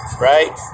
right